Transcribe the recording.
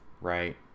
right